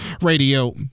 Radio